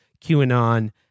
QAnon